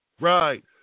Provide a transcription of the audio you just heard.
right